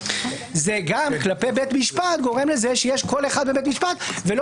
זה גם כלפי בית משפט גורם לכך שיש קול אחד בבית משפט ולא